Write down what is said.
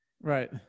Right